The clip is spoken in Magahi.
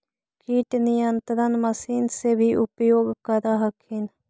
किट नियन्त्रण मशिन से भी उपयोग कर हखिन?